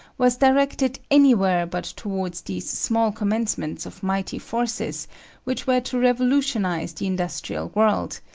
was directed anywhere but towards these small commencements of mighty forces which were to revolutionise the industrial world,